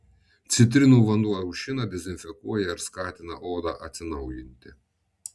citrinų vanduo aušina dezinfekuoja ir skatina odą atsinaujinti